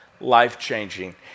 life-changing